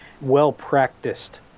well-practiced